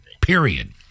Period